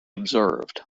observed